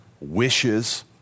wishes